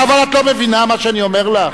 אבל את לא מבינה מה שאני אומר לך?